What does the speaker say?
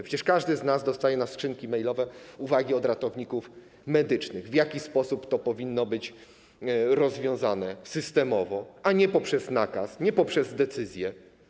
Przecież każdy z nas dostaje do skrzynek mailowych uwagi od ratowników medycznych, w jaki sposób to powinno być rozwiązane - systemowo, a nie poprzez nakaz, nie poprzez decyzje.